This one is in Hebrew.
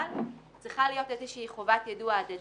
אבל צריכה להיות איזושהי חובת יידוע הדדית.